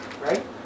right